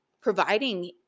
providing